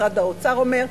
משרד האוצר אומר.